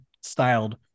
styled